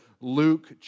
Luke